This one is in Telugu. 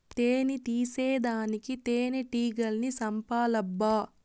తేని తీసేదానికి తేనెటీగల్ని సంపాలబ్బా